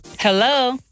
Hello